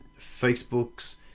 Facebook's